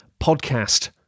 podcast